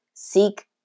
Seek